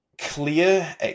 clear